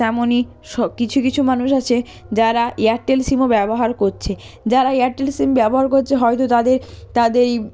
তেমনই স কিছু কিছু মানুষ আছে যারা এয়ারটেল সিমও ব্যবহার করছে যারা এয়ারটেল সিম ব্যবহার করছে হয়তো তাদের তাদের